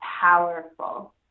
powerful